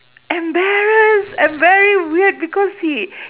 embarrassed and very weird because he